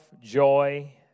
joy